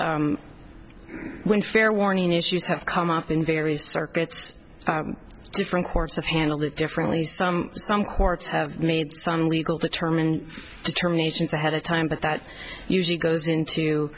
when fair warning issues have come up in various circuits different courts have handled it differently some some courts have made some legal determined to terminations ahead of time but that usually goes into